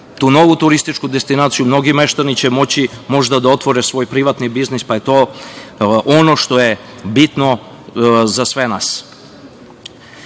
tu novu turističku destinaciju, mnogi meštani će moći možda da otvore svoj privatni biznis, pa je to ono što je bitno za sve nas. Što